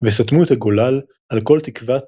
וסתמו את הגולל על כל תקוות